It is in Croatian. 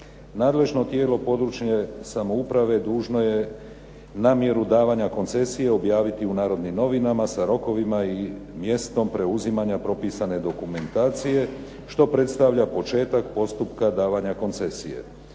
Nadležno tijelo područne samouprave dužno je namjeru davanja koncesije objaviti u Narodnim novinama sa rokovima i mjestom preuzimanja propisane dokumentacije, što predstavlja početak postupka davanja koncesije.